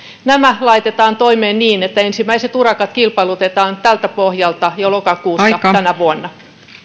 nämä laitetaan toimeen niin että ensimmäiset urakat kilpailutetaan tältä pohjalta jo lokakuussa tänä vuonna